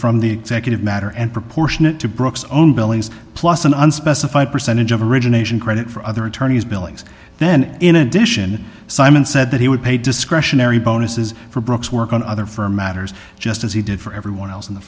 from the executive matter and proportionate to brooke's own billings plus an unspecified percentage of origination credit for other attorneys billings then in addition simon said that he would pay discretionary bonuses for brooks work on other firm matters just as he did for everyone else in the